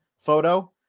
photo